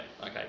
okay